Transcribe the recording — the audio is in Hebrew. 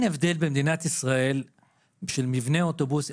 במדינת ישראל אין הבדל של מבנה אוטובוסים,